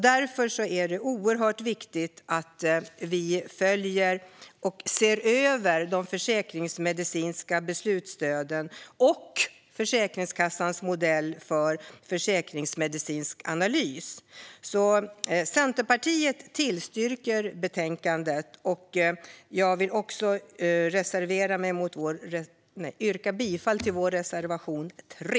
Därför är det oerhört viktigt att vi följer och ser över de försäkringsmedicinska beslutsstöden och Försäkringskassans modell för försäkringsmedicinsk analys. Centerpartiet yrkar bifall till förslaget i betänkandet. Jag vill också yrka bifall till vår reservation 3.